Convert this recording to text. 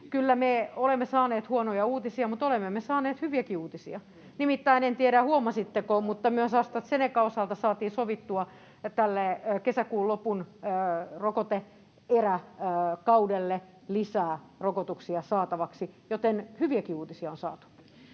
olemme saaneet huonoja uutisia, mutta olemme me saaneet hyviäkin uutisia: nimittäin en tiedä, huomasitteko, mutta myös AstraZenecan osalta saatiin sovittua tälle kesäkuun lopun rokote-eräkaudelle lisää rokotuksia saatavaksi, joten hyviäkin uutisia on saatu.